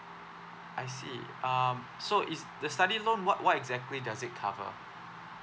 I see um so is the study loan what what exactly does it cover